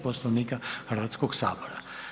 Poslovnika Hrvatskog sabora.